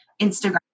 Instagram